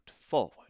forward